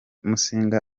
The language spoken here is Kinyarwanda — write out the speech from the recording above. musinga